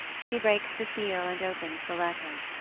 she breaks the seal and opens the letter.